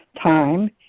Time